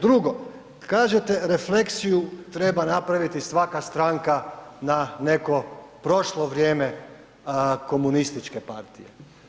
Drugo, kažete refleksiju treba napraviti svaka stranka na neko prošlo vrijeme komunističke partije.